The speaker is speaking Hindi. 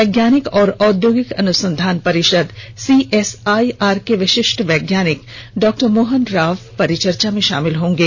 वैज्ञानिक और औद्योगिक अनुसंधान परिषद सी एस आई आर के विशिष्टि वैज्ञानिक डॉक्टनर मोहन राव परिचर्चा में शामिल होंगे